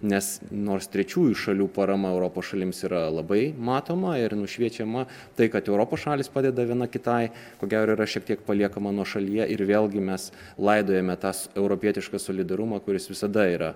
nes nors trečiųjų šalių parama europos šalims yra labai matoma ir nušviečiama tai kad europos šalys padeda viena kitai ko gero yra šiek tiek paliekama nuošalyje ir vėlgi mes laidojame tas europietišką solidarumą kuris visada yra